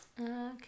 okay